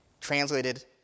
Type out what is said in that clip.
translated